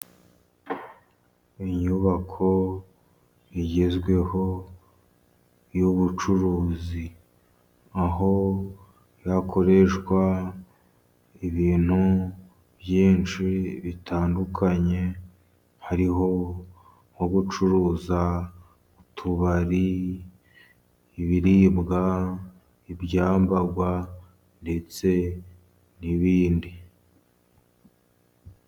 Inyubako igezweho y'ubucuruzi aho zikoreshwa ibintu byinshi bitandukanye hariho: nko gucuruza utubari, ibiribwa, ibyambagwa ndetse n'ibindi.